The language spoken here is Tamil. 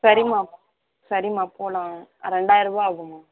சரிம்மா சரிம்மா போகலாம் ரெண்டாயரரூவா ஆகும்மா